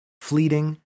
fleeting